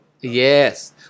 Yes